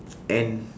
N